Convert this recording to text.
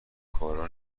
کارا